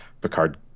Picard